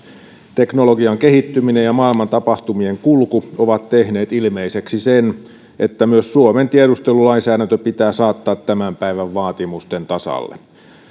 teknologian kehittyminen ja maailman tapahtumien kulku ovat tehneet ilmeiseksi sen että myös suomen tiedustelulainsäädäntö pitää saattaa tämän päivän vaatimusten tasalle